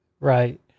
right